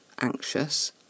anxious